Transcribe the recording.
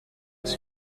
his